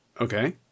Okay